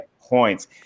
points